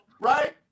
right